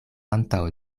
antaŭ